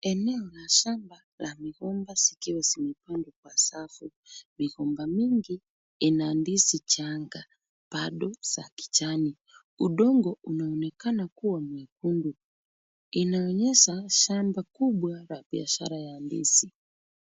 Eneo la shamba la migomba zikiwa zimepandwa kwa safu. Migomba mingi ina ndizi changa bado za kijani. Udongo unaonekana kuwa mwekundu, inaonyesha shamba kubwa la biashara ya ndizi.